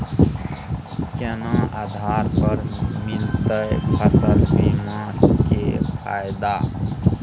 केना आधार पर मिलतै फसल बीमा के फैदा?